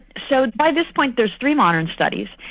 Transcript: so by this point there are three modern studies.